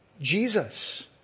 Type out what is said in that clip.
Jesus